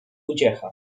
uciecha